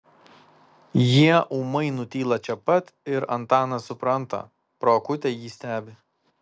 jie ūmai nutyla čia pat ir antanas supranta pro akutę jį stebi